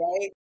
right